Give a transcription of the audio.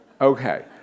Okay